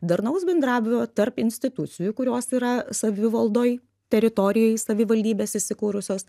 darnaus bendravimo tarp institucijų kurios yra savivaldoj teritorijoj savivaldybės įsikūrusios